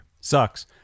Sucks